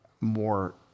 more